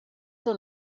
son